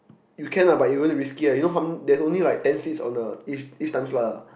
you can ah but you will risky ah you know how they only write ten feet on the each each time slot ah